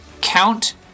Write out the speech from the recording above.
count